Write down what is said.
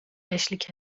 eşlik